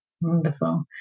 Wonderful